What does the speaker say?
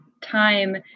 time